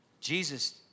Jesus